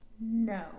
No